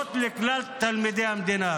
בגרות לכלל תלמידי המדינה.